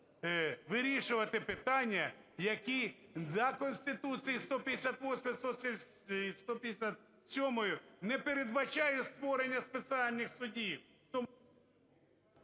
вирішувати питання, які за Конституцією 158-ю, 157-ю не передбачає створення спеціальних судів.